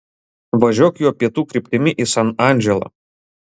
važiuok juo pietų kryptimi į san andželą